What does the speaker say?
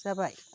जाबाय